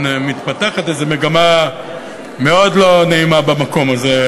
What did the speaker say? מתפתחת איזו מגמה מאוד לא נעימה במקום הזה,